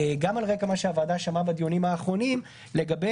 גם על רקע מה שהוועדה שמעה בדיונים האחרונים בנוגע